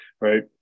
right